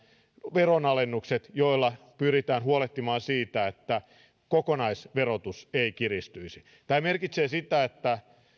veronalennukset joilla pyritään huolehtimaan siitä että kokonaisverotus ei kiristyisi tämä merkitsee sitä että